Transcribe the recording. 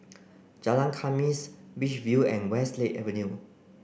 Jalan Khamis Beach View and Westlake Avenue